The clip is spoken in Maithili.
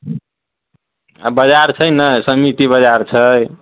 आ बजार छै ने समिति बजार छै